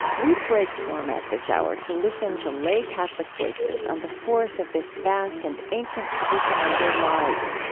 we break format this hour to listen to lay catholic voices on the force of this vast and ancient tradition on their lives,